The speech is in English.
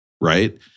right